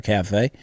Cafe